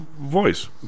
voice